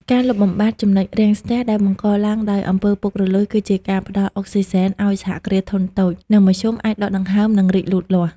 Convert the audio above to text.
ការលុបបំបាត់ ចំណុចរាំងស្ទះ ដែលបង្កឡើងដោយ អំពើពុករលួយ គឺជាការផ្ដល់ "អុកស៊ីហ្សែន" ឱ្យសហគ្រាសធុនតូច និងមធ្យមអាចដកដង្ហើម និងរីកលូតលាស់។